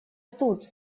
тут